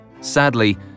Sadly